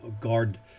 guard